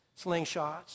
slingshots